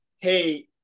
Hey